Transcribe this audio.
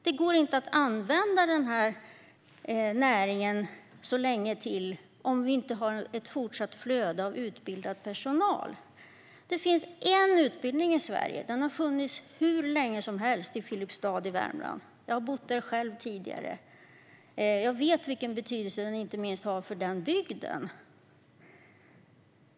Det går inte att använda denna näring så länge till om vi inte har ett fortsatt flöde av utbildad personal. Det finns en utbildning i Sverige, som har funnits hur länge som helst i Filipstad i Värmland. Jag har bott där själv tidigare, och jag vet vilken betydelse den har inte minst för den bygden.